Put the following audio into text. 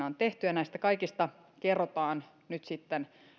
on tehty ja näistä kaikista kerrotaan nyt sitten